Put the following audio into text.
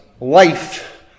life